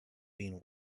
being